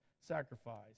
sacrifice